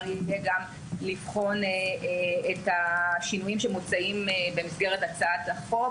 יהיה גם לבחון את השינויים שמוצעים במסגרת הצעת החוק